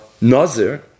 Nazir